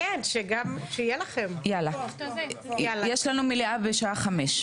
(ה)על אף האמור בסעיף קטן